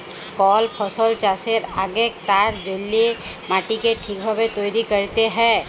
call ফসল চাষের আগেক তার জল্যে মাটিকে ঠিক ভাবে তৈরী ক্যরতে হ্যয়